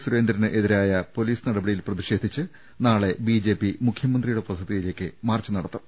സൂരേന്ദ്രനെതിരായ police നടപടി യിൽ പ്രതിഷേധിച്ച് നാളെ ബിജെപി മുഖ്യമന്ത്രിയുടെ വസതി യിലേക്ക് മാർച്ച് നടത്തും